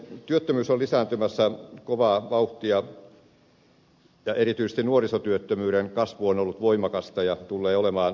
työttömyys on lisääntymässä kovaa vauhtia ja erityisesti nuorisotyöttömyyden kasvu on ollut voimakasta ja tulee olemaan lähikuukausinakin